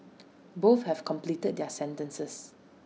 both have completed their sentences